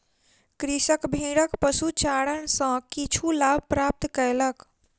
कृषक भेड़क पशुचारण सॅ किछु लाभ प्राप्त कयलक